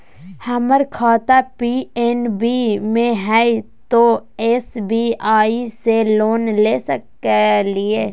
हमर खाता पी.एन.बी मे हय, तो एस.बी.आई से लोन ले सकलिए?